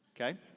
okay